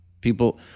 People